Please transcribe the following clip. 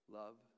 love